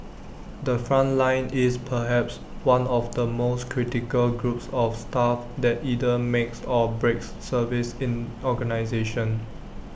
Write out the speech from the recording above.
the front line is perhaps one of the most critical groups of staff that either makes or breaks service in organisations